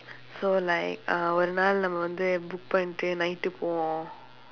so like ஒரு நாள் நம்ம வந்து:oru naal namma vandthu book பண்ணிட்டு:pannitdu night போவோம்:poovoom